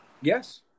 Yes